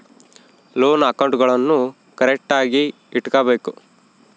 loan ಅಕೌಂಟ್ಗುಳ್ನೂ ಕರೆಕ್ಟ್ಆಗಿ ಇಟಗಬೇಕು